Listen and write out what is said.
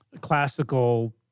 classical